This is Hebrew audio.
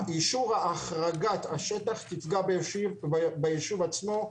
אישור החרגת השטח תפגע ביישוב עצמו,